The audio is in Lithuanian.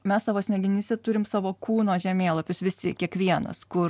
mes savo smegenyse turim savo kūno žemėlapius visi kiekvienas kur